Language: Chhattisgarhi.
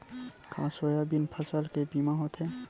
का सोयाबीन फसल के बीमा होथे?